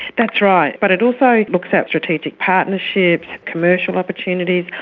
that's right, but it also looks at strategic partnerships, commercial opportunities,